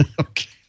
Okay